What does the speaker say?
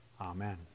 Amen